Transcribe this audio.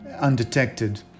undetected